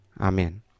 amen